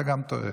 גם אתה טועה.